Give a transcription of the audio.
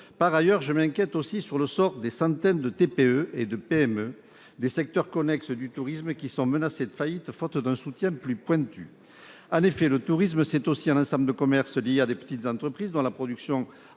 Par ailleurs, je m'inquiète aussi sur le sort des centaines de TPE et de PME des secteurs connexes au tourisme qui sont menacées de faillite, faute d'un soutien plus pointu. En effet, le tourisme, c'est aussi un ensemble de commerces liés à de petites entreprises dont la production a parfois